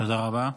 תודה רבה.